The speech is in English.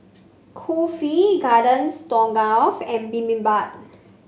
Kulfi Garden Stroganoff and Bibimbap